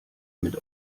mit